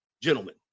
gentlemen